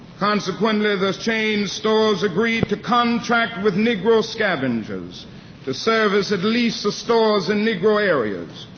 consequently, the chain stores agreed to contract with negro scavengers to service at least the stores in negro areas.